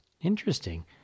Interesting